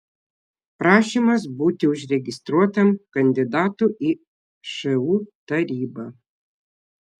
prašymas būti užregistruotam kandidatu į šu tarybą